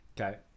Okay